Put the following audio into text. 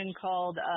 called